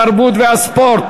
התרבות והספורט